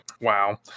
Wow